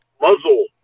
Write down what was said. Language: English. muzzle